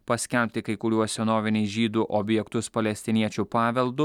paskelbti kai kuriuos senoviniai žydų objektus palestiniečių paveldu